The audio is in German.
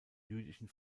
jüdischen